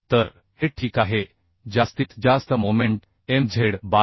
तर हे ठीक आहे जास्तीत जास्त मोमेंट Mz 12